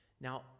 Now